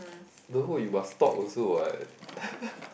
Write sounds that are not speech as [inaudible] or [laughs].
no you must talk also what [laughs]